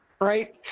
right